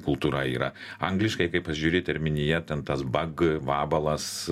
kultūra yra angliškai kai pasižiūri į terminiją ten tas bag vabalas